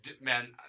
Man